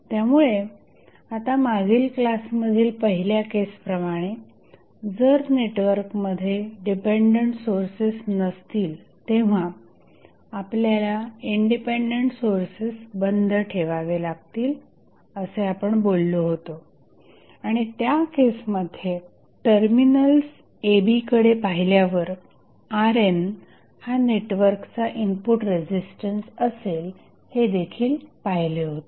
त्यामुळे आता मागील क्लासमधील पहिल्या केसप्रमाणे जर नेटवर्कमध्ये डिपेंडंट सोर्सेस नसतील तेव्हा आपल्याला इंडिपेंडेंट सोर्सेस बंद ठेवावे लागतील असे आपण बोललो होतो आणि त्या केसमध्ये टर्मिनल्स a b कडे पाहिल्यावर RN हा नेटवर्कचा इनपुट रेझिस्टन्स असेल हे देखील पाहिले होते